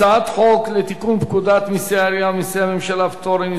הצעת חוק לתיקון פקודת מסי העירייה ומסי הממשלה (פטורין)